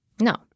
No